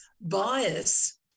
bias